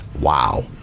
Wow